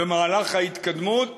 במהלך ההתקדמות